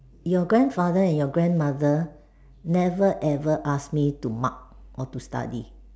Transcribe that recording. your grandfather and your grandmother never ever ask me to mug or to study